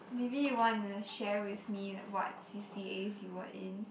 maybe you want to share with me what c_c_as you were in